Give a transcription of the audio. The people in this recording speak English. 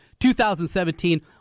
2017